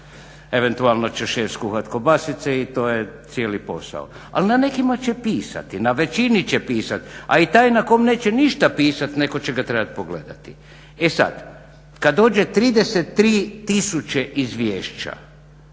eventualno će šef skuhat kobasice i to je cijeli posao. Ali na nekima će pisati, na većini će pisat a i taj na kom neće ništa pisat netko će ga trebat pogledati. E sad, kad dođe 33 tisuće izvješća